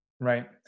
Right